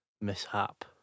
mishap